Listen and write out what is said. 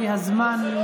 כי הזמן,